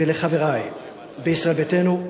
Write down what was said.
ולחברי בישראל ביתנו,